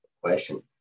question